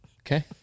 Okay